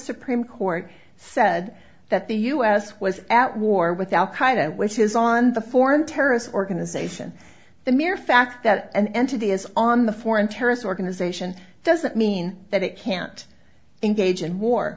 supreme court said that the u s was at war with al qaeda which is on the foreign terrorist organization the mere fact that an entity is on the foreign terrorist organization doesn't mean that it can't engage in